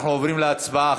אנחנו עוברים להצבעה.